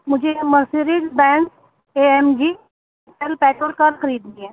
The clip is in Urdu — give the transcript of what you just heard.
مجھے Mercedes Benz A M G petrol car خریدنی ہے